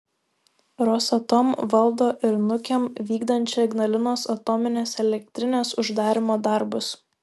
rosatom valdo ir nukem vykdančią ignalinos atominės elektrinės uždarymo darbus